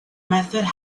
method